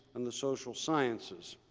and the social sciences.